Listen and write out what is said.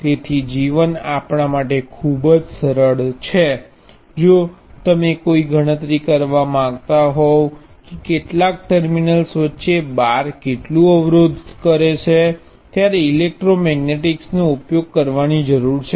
તેથી જીવન આપણા માટે ખૂબ સરળ છે જો તમે કોઈ ગણતરી કરવા માંગતા હોવ કે કેટલાક ટર્મિનલ્સ વચ્ચે બાર કેટલું અવરોધ કરે છે તમારે ઇલેક્ટ્રોમેગ્નેટિકનો ઉપયોગ કરવાની જરૂર છે